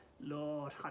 lord